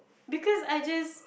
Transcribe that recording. because I just